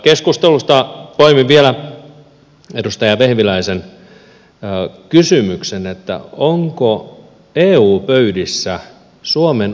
keskustelusta poimin vielä edustaja vehviläisen kysymyksen onko eu pöydissä suomen uskottavuus mennyt